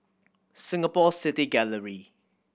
Singapore City Gallery